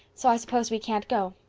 so i suppose we can't go.